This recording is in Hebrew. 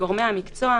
לגורמי המקצוע,